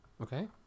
okay